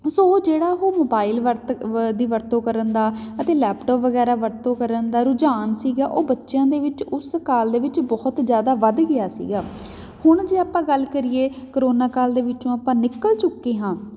ਸੋ ਜਿਹੜਾ ਉਹ ਮੋਬਾਈਲ ਵਰਤ ਵ ਦੀ ਵਰਤੋਂ ਕਰਨ ਦਾ ਅਤੇ ਲੈਪਟੋਪ ਵਗੈਰਾ ਵਰਤੋਂ ਕਰਨ ਦਾ ਰੁਝਾਨ ਸੀਗਾ ਉਹ ਬੱਚਿਆਂ ਦੇ ਵਿੱਚ ਉਸ ਕਾਲ ਦੇ ਵਿੱਚ ਬਹੁਤ ਜ਼ਿਆਦਾ ਵੱਧ ਗਿਆ ਸੀਗਾ ਹੁਣ ਜੇ ਆਪਾਂ ਗੱਲ ਕਰੀਏ ਕਰੋਨਾ ਕਾਲ ਦੇ ਵਿੱਚੋਂ ਆਪਾਂ ਨਿਕਲ ਚੁੱਕੇ ਹਾਂ